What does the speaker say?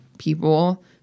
people